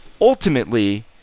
ultimately